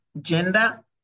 gender